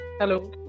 Hello